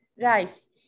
guys